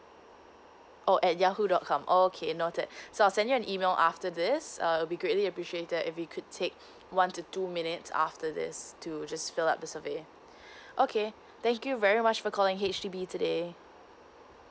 oh at yahoo dot com okay noted so I'll send you an email after this err will be greatly appreciated if you could take one to two minutes after this to just fill up the survey okay thank you very much for calling H_D_B today